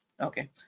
okay